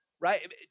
right